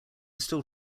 still